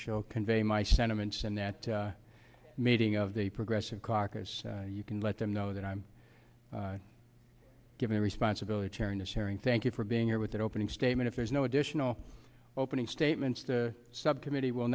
show convey my sentiments and that meeting of the progressive caucus you can let them know that i'm given responsibility chairing the sharing thank you for being here with their opening statement if there's no additional opening statements the subcommittee will